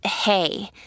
hey